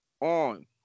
on